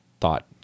thought